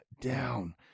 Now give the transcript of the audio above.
down